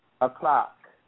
o'clock